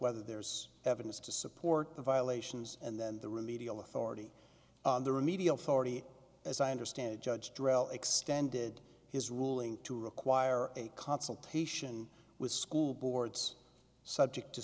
whether there's evidence to support the violations and then the remedial authority the remedial forty as i understand it judge drell extended his ruling to require a consultation with school boards subject to